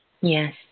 Yes